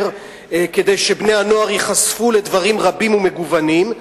כדי שבני-הנוער ייחשפו לדברים רבים ומגוונים.